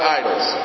idols